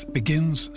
begins